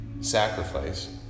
sacrifice